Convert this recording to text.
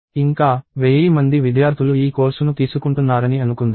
ఇంకా వెయ్యి మంది విద్యార్థులు ఈ కోర్సును తీసుకుంటున్నారని అనుకుందాం